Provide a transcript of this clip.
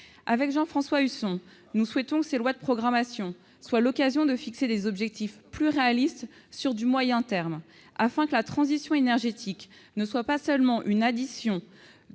Jean-François Husson et moi-même souhaitons que ces lois de programmation soient l'occasion de fixer des objectifs plus réalistes à moyen terme, afin que la transition énergétique ne soit pas seulement une addition